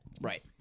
right